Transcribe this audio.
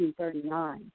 1939